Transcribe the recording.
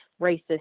racist